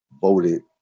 voted